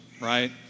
right